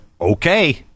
Okay